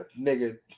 Nigga